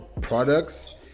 products